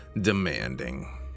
demanding